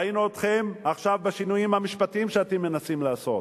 ראינו אתכם עכשיו בשינויים המשפטיים שאתם מנסים לעשות,